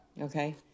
okay